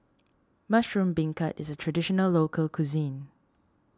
Mushroom Beancurd is a Traditional Local Cuisine